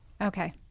Okay